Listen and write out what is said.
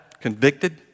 convicted